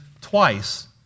twice